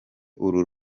uru